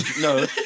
No